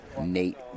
nate